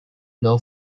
law